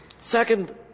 Second